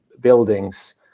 buildings